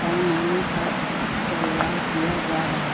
پیمانے پر تیار کیا جا رہا ہے